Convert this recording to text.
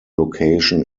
location